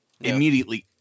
Immediately